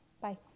Bye